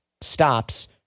Stops